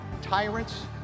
Tyrants